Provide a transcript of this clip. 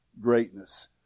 greatness